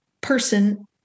person